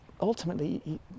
ultimately